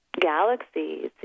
galaxies